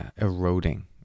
eroding